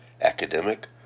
academic